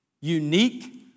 unique